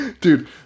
Dude